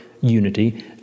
unity